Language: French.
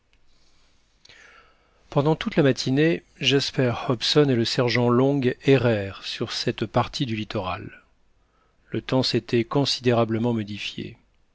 pendant toute la matinée jasper hobson et le sergent long errèrent sur cette partie du littoral le temps s'était considérablement modifié